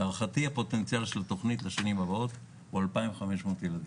לדעתי הפוטנציאל של התוכנית לשנים הבאות הוא 2,500 ילדים.